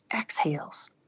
exhales